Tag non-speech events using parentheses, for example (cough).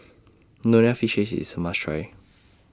Nonya Fish Head IS A must Try (noise)